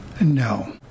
No